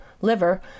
liver